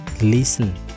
listen